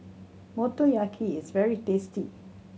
motoyaki is very tasty